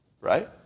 right